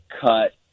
cut